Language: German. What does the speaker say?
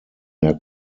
der